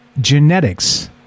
genetics